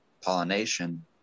pollination